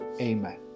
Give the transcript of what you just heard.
amen